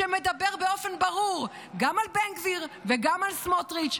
שמדבר באופן ברור גם על בן גביר וגם על סמוטריץ',